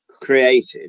created